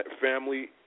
family